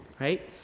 right